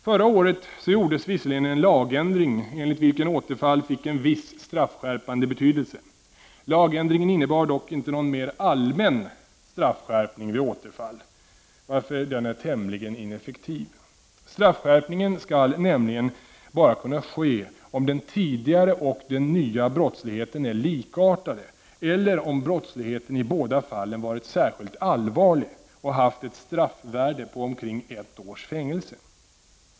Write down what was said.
Förra året gjordes visserligen en lagändring enligt vilken återfall fick en viss straffskärpande betydelse. Lagändringen innebar dock inte någon mera allmän straffskärpning vid återfall, varför den är tämligen ineffektiv. Straffskärpningen skall nämligen bara kunna ske om den tidigare och den nya brottsligheten är likartade eller om brottsligheten i båda fallen varit särskilt allvarlig och haft ett straffvärde på omkring ett års fängelse.